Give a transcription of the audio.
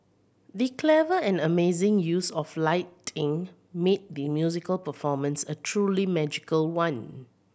the clever and amazing use of lighting made the musical performance a truly magical one